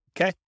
Okay